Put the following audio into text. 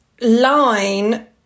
line